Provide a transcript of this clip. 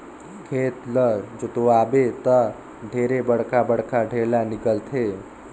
खेत ल जोतवाबे त ढेरे बड़खा बड़खा ढ़ेला निकलथे